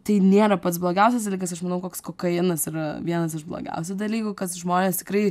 tai nėra pats blogiausias dalykas aš manau koks kokainas yra vienas iš blogiausių dalykų kas žmonės tikrai